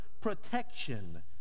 protection